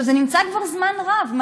זה נמצא כבר זמן רב.